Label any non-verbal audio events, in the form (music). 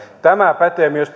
tämä pätee myös (unintelligible)